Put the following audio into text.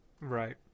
right